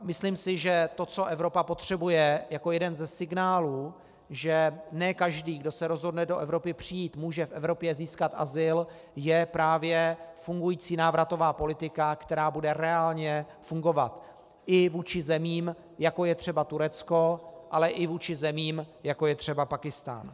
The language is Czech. Myslím si, že to, co Evropa potřebuje jako jeden ze signálů, že ne každý, kdo se rozhodne do Evropy přijít, může v Evropě získat azyl, je právě fungující návratová politika, která bude reálně fungovat i vůči zemím, jako je třeba Turecko, ale i vůči zemím, jako je třeba Pákistán.